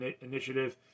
initiative